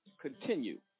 continue